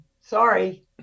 sorry